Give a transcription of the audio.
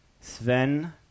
Sven